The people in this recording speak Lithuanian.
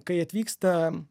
kai atvyksta